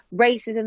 racism